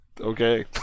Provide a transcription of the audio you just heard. okay